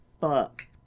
fuck